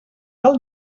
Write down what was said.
del